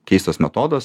keistas metodas